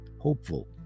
hopeful